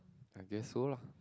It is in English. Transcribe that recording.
I guess so lah